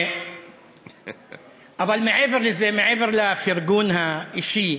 אבל מעבר לזה, מעבר לפרגון האישי,